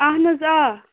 اَہَن حظ آ